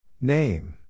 Name